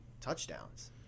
touchdowns